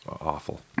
awful